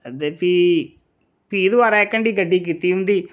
ते फ्ही दोबारा इक हंडी गड्डी कीती उंदी